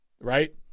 right